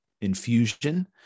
infusion